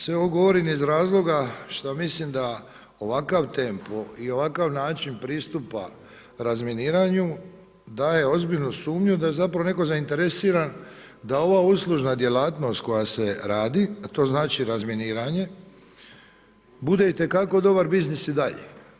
Sve ovo govorim iz razloga šta mislim da ovakav tempo i ovakav način pristup razminiranju daje ozbiljnu sumnju da zapravo netko zainteresiran da ova uslužna djelatnost koja se radi, a to znači razminiranje, bude itekako dobar biznis i dalje.